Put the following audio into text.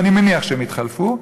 ואני מניח שהם יתחלפו,